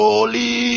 Holy